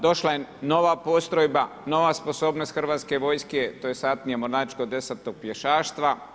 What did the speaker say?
Došla je nova postrojba, nova sposobnost hrvatske vojske, to je satnija mornarička deseto pješaštva.